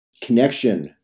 connection